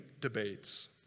debates